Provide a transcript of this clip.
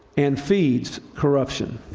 and feeds corruption.